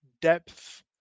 depth